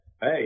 hey